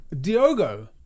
Diogo